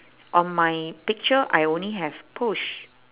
on my picture I only have push